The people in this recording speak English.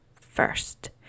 first